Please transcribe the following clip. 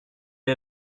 est